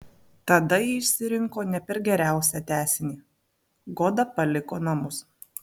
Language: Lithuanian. tada ji išsirinko ne per geriausią tęsinį goda paliko namus